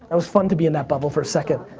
that was fun to be in that bubble for a second.